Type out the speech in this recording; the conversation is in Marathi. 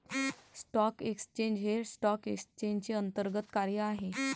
स्टॉक एक्सचेंज हे स्टॉक एक्सचेंजचे अंतर्गत कार्य आहे